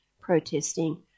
protesting